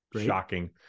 shocking